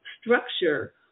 structure